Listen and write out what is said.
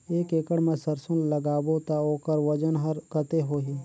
एक एकड़ मा सरसो ला लगाबो ता ओकर वजन हर कते होही?